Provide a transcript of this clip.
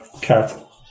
Careful